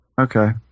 okay